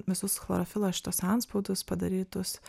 visus chlorofilo šituos antspaudus padarytus